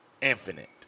infinite